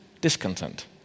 Discontent